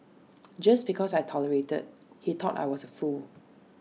just because I tolerated he thought I was A fool